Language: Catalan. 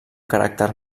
caràcter